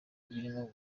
birimo